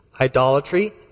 idolatry